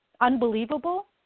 unbelievable